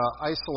isolate